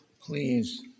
please